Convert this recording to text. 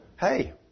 hey